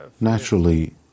Naturally